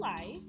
life